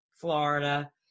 Florida